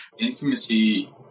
Intimacy